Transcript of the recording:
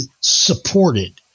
supported